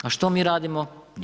A što mi radimo?